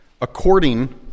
according